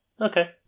Okay